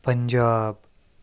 Punjab